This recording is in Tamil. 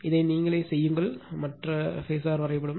இதை நீங்களே செய்யுங்கள் மற்ற பேசர் வரைபடம்